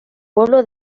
pueblo